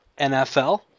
NFL